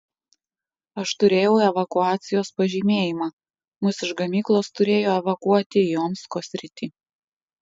aš turėjau evakuacijos pažymėjimą mus iš gamyklos turėjo evakuoti į omsko sritį